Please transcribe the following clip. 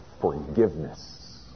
forgiveness